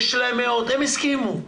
הם הסכימו,